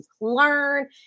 learn